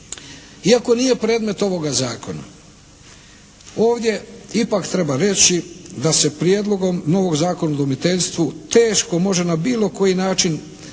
Iako nije predmet ovoga zakona, ovdje ipak treba reći da se prijedlogom novog Zakona o udomiteljstvu teško može na bilo koji način, da